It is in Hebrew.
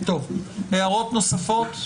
יש הערות נוספות?